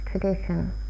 tradition